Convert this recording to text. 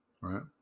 right